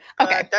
Okay